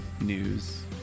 news